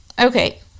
okay